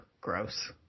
Gross